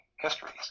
histories